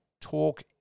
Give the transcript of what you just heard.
talk